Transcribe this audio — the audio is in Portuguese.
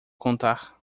contar